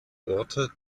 orte